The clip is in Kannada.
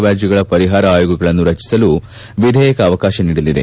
ವ್ಯಾಜ್ಞಗಳ ಪರಿಹಾರ ಆಯೋಗಗಳನ್ನು ರಚಿಸಲು ವಿಧೇಯಕ ಅವಕಾಶ ನೀಡಲಿದೆ